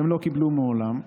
שהם לא קיבלו מעולם,